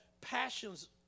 passions